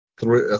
three